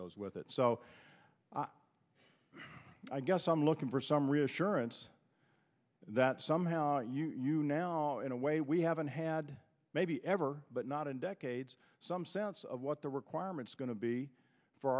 goes with it so i guess i'm looking for some reassurance that somehow you now in a way we haven't had maybe ever but not in decades some sense of what the requirements going to be for